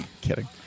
kidding